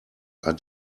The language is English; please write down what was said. are